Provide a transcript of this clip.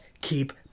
keep